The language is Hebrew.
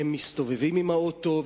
הם מסתובבים עם האוטו,